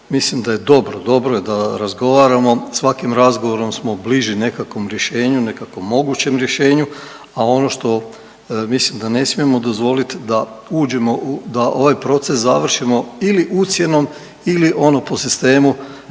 mislim da je dobro, dobro je da razgovaramo. Svakim razgovorom smo bliži nekakvom rješenju, nekakvom mogućem rješenju. A ono što mislim da ne smijemo dozvoliti da uđemo, da ovaj proces završimo ili ucjenom ili ono po sistemu